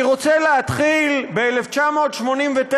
אני רוצה להתחיל ב-1989,